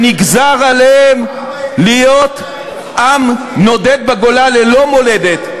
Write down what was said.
שנגזר עליהם להיות עם נודד בגולה ללא מולדת,